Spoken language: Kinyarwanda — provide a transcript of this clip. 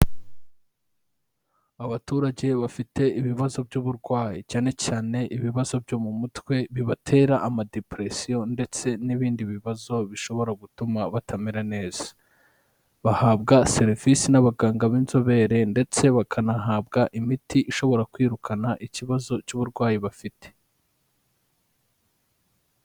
Abaturage bafite ibibazo by'uburwayi cyane cyane ibibazo byo mu mutwe bibatera amadepuresiyo ndetse n'ibindi bibazo bishobora gutuma batamera neza, bahabwa serivisi n'abaganga b'inzobere ndetse bakanahabwa imiti ishobora kwirukana ikibazo cy'uburwayi bafite.